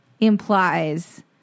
implies